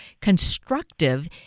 constructive